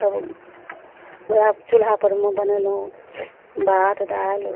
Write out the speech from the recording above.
तब उहए चुल्हापरमे बनेलहुॅं भात दालि